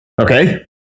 Okay